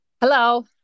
Hello